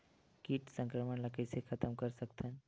कीट संक्रमण ला कइसे खतम कर सकथन?